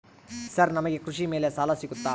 Sir ನಮಗೆ ಕೃಷಿ ಮೇಲೆ ಸಾಲ ಸಿಗುತ್ತಾ?